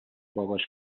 باباش